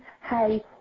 Hey